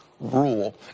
rule